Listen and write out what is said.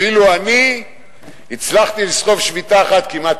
אפילו אני הצלחתי לסחוב שביתה אחת כמעט